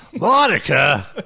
Monica